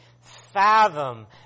fathom